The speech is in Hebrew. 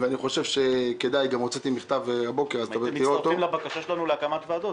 אני הוצאתי מכתב הבוקר --- הייתם מצטרפים לבקשה שלנו להקמת הוועדות,